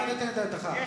נתת את דעתך.